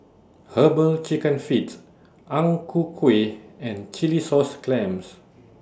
Herbal Chicken Feet Ang Ku Kueh and Chilli Sauce Clams